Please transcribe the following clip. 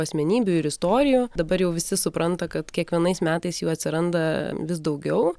asmenybių ir istorijų dabar jau visi supranta kad kiekvienais metais jų atsiranda vis daugiau